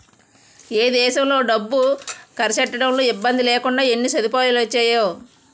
ఏ దేశంలో డబ్బు కర్సెట్టడంలో ఇబ్బందిలేకుండా ఎన్ని సదుపాయాలొచ్చేసేయో